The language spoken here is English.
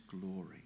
glory